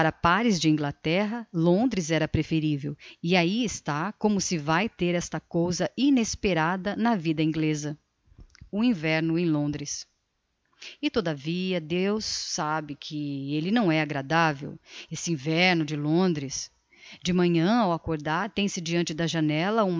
pares de inglaterra londres era preferivel e ahi está como se vae ter esta cousa inesperada na vida ingleza o inverno em londres e todavia deus sabe que elle não é agradavel esse inverno de londres de manhã ao acordar tem-se deante da janella